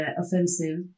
offensive